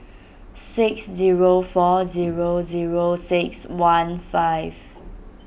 six zero four zero zero six one five